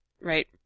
right